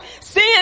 Sin